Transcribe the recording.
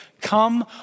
Come